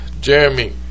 Jeremy